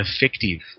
effective